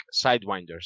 sidewinders